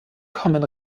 kommen